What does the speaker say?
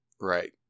Right